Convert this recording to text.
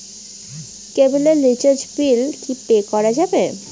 কেবিলের রিচার্জের বিল কি পে করা যাবে?